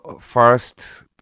first